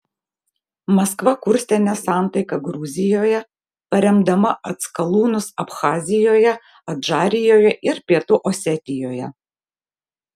maskva kurstė nesantaiką gruzijoje paremdama atskalūnus abchazijoje adžarijoje ir pietų osetijoje